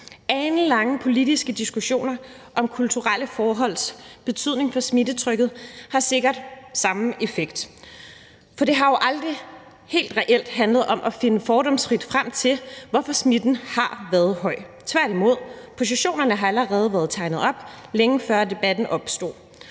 Alenlange politiske diskussioner om kulturelle forholds betydning for smittetrykket har sikkert samme effekt. For det har jo aldrig helt reelt handlet om at finde fordomsfrit frem til, hvorfor smitten har været høj. Tværtimod har positionerne allerede været tegnet op, længe før debatten opstod.